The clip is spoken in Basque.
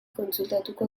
kontsultatuko